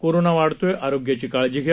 corona वाढतोय आरोग्याची काळजी घ्या